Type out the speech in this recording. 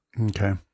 okay